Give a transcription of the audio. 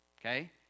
Okay